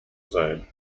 sein